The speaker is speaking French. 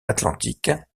atlantique